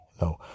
no